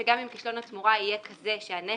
תקשיב שנייה.